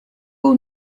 will